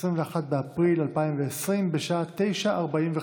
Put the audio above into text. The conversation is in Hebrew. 21 באפריל 2020, בשעה 9:45.